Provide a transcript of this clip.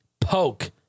poke